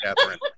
Catherine